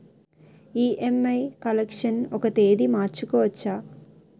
EMI collection ఒక తేదీ మార్చుకోవచ్చా?